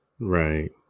Right